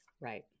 Right